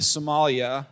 Somalia